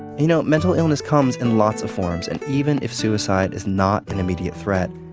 you know mental illness comes in lots of forms and even if suicide is not an immediate threat,